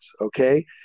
okay